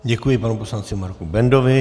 Děkuji, panu poslanci Marku Bendovi.